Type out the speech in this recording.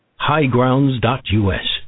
highgrounds.us